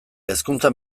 hezkuntza